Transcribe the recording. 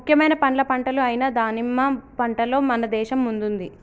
ముఖ్యమైన పండ్ల పంటలు అయిన దానిమ్మ పంటలో మన దేశం ముందుంది